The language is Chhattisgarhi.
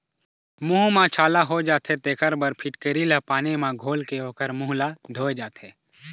मूंह म छाला हो जाथे तेखर बर फिटकिरी ल पानी म घोलके ओखर मूंह ल धोए जाथे